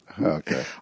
Okay